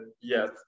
yes